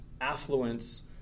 affluence